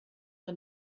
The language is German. man